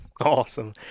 awesome